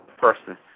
person